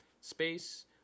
Space